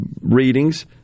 readings